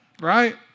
Right